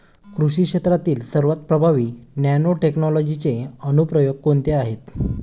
कृषी क्षेत्रातील सर्वात प्रभावी नॅनोटेक्नॉलॉजीचे अनुप्रयोग कोणते आहेत?